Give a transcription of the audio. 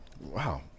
Wow